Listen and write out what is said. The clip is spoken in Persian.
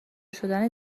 شدن